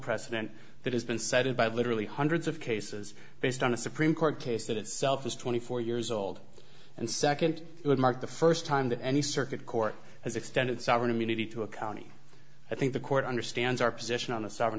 precedent that has been cited by literally hundreds of cases based on a supreme court case that itself is twenty four years old and second it would mark the first time that any circuit court has extended sovereign immunity to a county i think the court understands our position on the sovereign